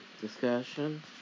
discussion